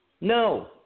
No